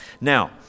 Now